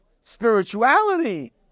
spirituality